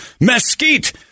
mesquite